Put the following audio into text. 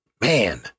Man